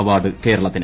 award കേരളത്തിന്